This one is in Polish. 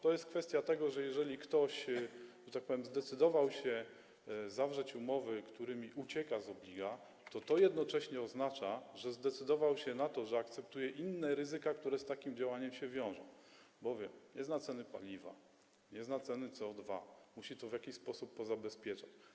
To jest kwestia tego, że jeżeli ktoś, że tak powiem, zdecydował się zawrzeć umowy, którymi ucieka z obliga, to jednocześnie oznacza to, że zdecydował się na to, że akceptuje inne ryzyka, które z takim działaniem się wiążą, albowiem nie zna ceny paliwa, nie zna ceny CO2, musi to w jakiś sposób pozabezpieczać.